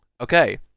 Okay